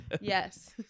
Yes